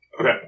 Okay